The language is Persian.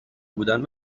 بودن